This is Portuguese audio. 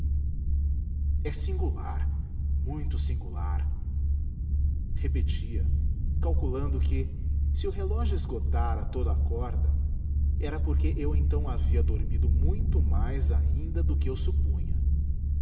é singular muito singular repetia calculando que se o relógio esgotara toda a corda era porque eu então havia dormido muito mais ainda do que supunha